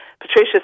Patricia